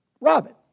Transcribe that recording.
Robin